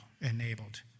enabled